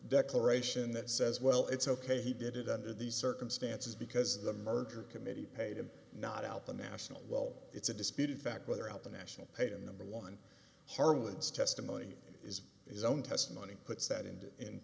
declaration that says well it's ok he did it under these circumstances because the merger committee paid him not out the national well it's a disputed fact whether out the national paid in the one harlan's testimony is his own testimony puts that into in